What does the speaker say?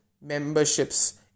memberships